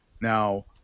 Now